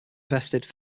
vested